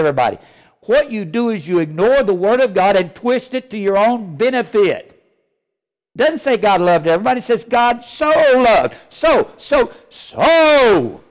everybody what you do is you ignore the word of god and twist it to your own benefit then say god left everybody says god so so so so